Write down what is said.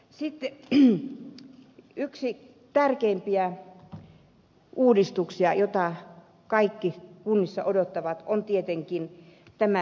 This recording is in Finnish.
sitten yksi tärkeimpiä uudistuksia jota kaikki kunnissa odottavat on tietenkin tämä terveydenhuollon uudistus